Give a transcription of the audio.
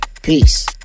Peace